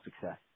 success